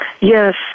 Yes